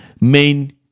main